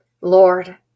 Lord